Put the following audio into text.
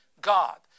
God